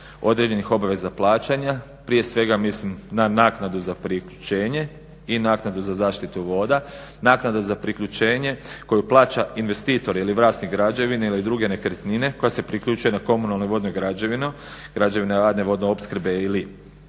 određenih obaveza plaćanja, prije svega mislim na naknadu za priključenje i naknadu za zaštitu voda. Naknada za priključenje koju plaća investitor ili vlasnik građevine ili druge nekretnine koja se priključuje na komunalne i vodne građevine …/Govorni se ne